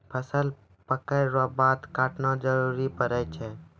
फसल पक्कै रो बाद काटना जरुरी पड़ै छै